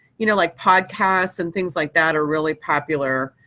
you know, like podcasts and things like that are really popular.